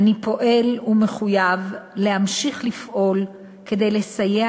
אני פועל ומחויב להמשיך לפעול כדי לסייע